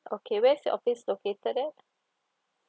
okay where's your office located then